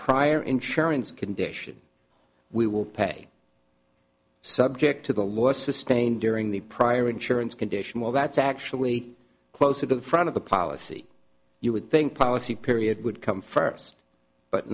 prior insurance condition we will pay subject to the laws sustained during the prior insurance condition well that's actually closer to the front of the policy you would think policy period would come first but